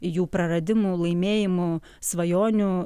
jų praradimų laimėjimų svajonių